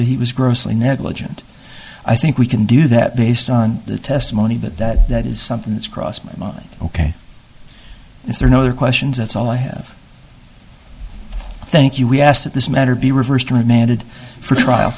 that he was grossly negligent i think we can do that based on the testimony but that that is something that's crossed my mind ok if there are no other questions that's all i have thank you we ask that this matter be reversed and remanded for trial